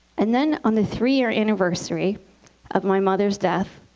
and then on the three year anniversary of my mother's death,